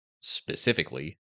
specifically